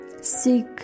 seek